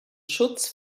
schutz